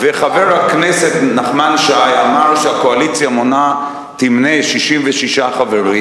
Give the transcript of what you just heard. וחבר הכנסת נחמן שי אמר שהקואליציה תמנה 66 חברים,